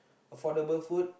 affordable food